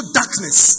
darkness